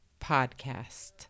Podcast